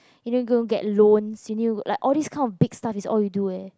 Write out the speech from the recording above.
you don't go get loans you knew like all this kind of big stuff is all is you do eh